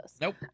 Nope